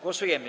Głosujemy.